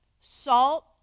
salt